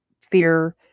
fear